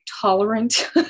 tolerant